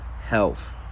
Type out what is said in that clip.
health